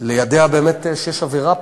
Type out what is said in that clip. ליידע באמת שיש עבירה פלילית.